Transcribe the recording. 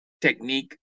technique